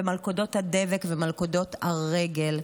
במלכודות הדבק ומלכודות הרגל.